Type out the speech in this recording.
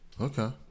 Okay